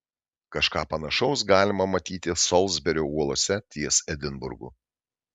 kažką panašaus galima matyti solsberio uolose ties edinburgu